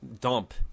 dump